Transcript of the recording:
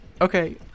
Okay